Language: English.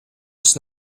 was